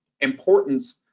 importance